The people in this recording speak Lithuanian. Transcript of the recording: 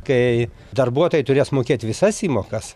kai darbuotojai turės mokėti visas įmokas